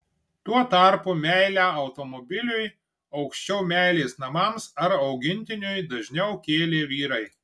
tuo tarpu meilę automobiliui aukščiau meilės namams ar augintiniui dažniau kėlė vyrai